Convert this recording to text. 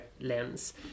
lens